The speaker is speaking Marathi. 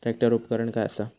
ट्रॅक्टर उपकरण काय असा?